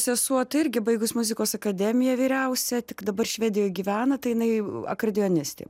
sesuo irgi baigus muzikos akademiją vyriausia tik dabar švedijoj gyvena tai jinai akordeonistė